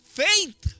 faith